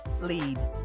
lead